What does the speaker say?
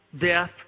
death